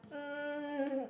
um